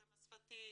התאמה שפתית,